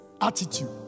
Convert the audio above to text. Attitude